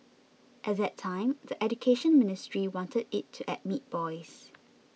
at that time the Education Ministry wanted it to admit boys